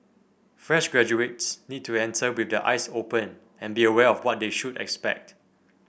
fresh graduates need to enter with their eyes open and be aware of what they should expect